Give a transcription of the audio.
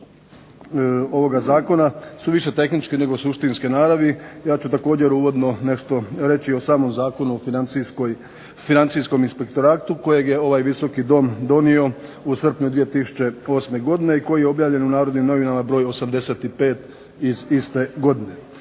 zakona su više tehničke nego suštinske naravi, ja ću također uvodno nešto reći o samom Zakonu o financijskom inspektoratu, kojeg je ovaj Visoki dom donio u srpnju 2008. godine, i koji je objavljen u Narodnim novinama, broj 85 iz iste godine.